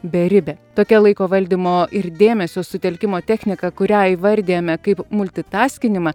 beribė tokia laiko valdymo ir dėmesio sutelkimo technika kurią įvardijame kaip multitaskinimą